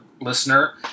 listener